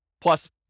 plus